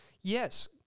yes